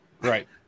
Right